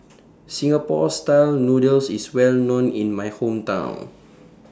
Singapore Style Noodles IS Well known in My Hometown